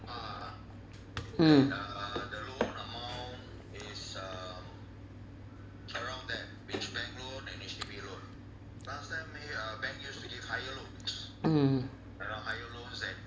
mm mm